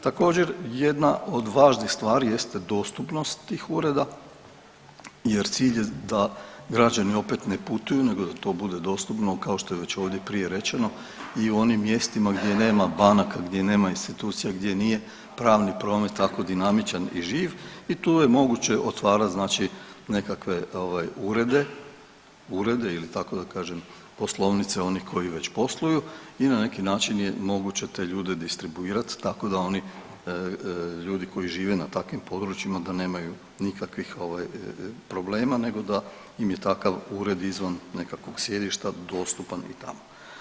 Također jedna od važnih stvari jeste dostupnost tih ureda jer cilj je da građani opet ne putuju nego da to bude dostupno kao što je već ovdje prije rečeno i u onim mjestima gdje nema banaka, gdje nema institucija, gdje nije pravni promet tako dinamičan i živ i tu je moguće otvarat znači nekakve ovaj urede, urede ili da tako kažem poslovnice onih koji već posluju i na neki način je moguće te ljude distribuirat tako da oni ljudi koji žive na takvim područjima da nemaju nikakvih ovaj problema nego da im je takav ured izvan nekakvog sjedišta dostupan i tamo.